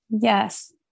yes